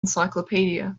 encyclopedia